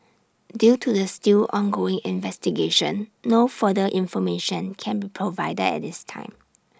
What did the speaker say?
due to the still ongoing investigation no further information can be provided at this time